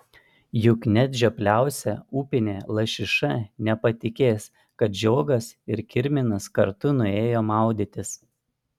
juk net žiopliausia upinė lašiša nepatikės kad žiogas ir kirminas kartu nuėjo maudytis